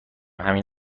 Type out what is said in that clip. همین